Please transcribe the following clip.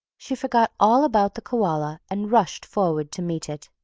she forgot all about the koala, and rushed forward to meet it.